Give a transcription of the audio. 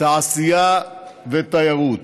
תעשייה ותיירות.